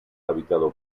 habitado